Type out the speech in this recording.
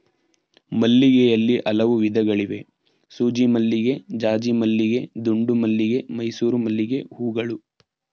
ಮಲ್ಲಿಗೆಯಲ್ಲಿ ಹಲವು ವಿಧಗಳಿವೆ ಸೂಜಿಮಲ್ಲಿಗೆ ಜಾಜಿಮಲ್ಲಿಗೆ ದುಂಡುಮಲ್ಲಿಗೆ ಮೈಸೂರು ಮಲ್ಲಿಗೆಹೂಗಳು